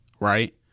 right